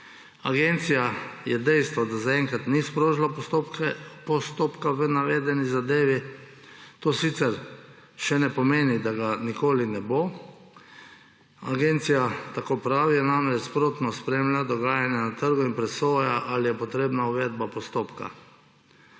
Agencija je navedla dejstvo, da zaenkrat ni sprožila postopka v navedeni zadevi. To sicer še ne pomeni, da ga nikoli ne bo. Agencija, tako pravi, namreč sprotno spremlja dogajanje na trgu in presoja, ali je potrebna uvedba postopka.